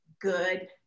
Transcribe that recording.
good